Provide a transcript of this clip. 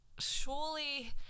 surely